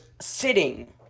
sitting